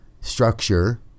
structure